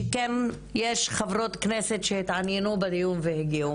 שיש חברות כנסת שהתעניינו בדיון והגיעו.